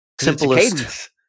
simplest